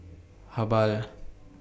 Habhal